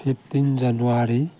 fifteen January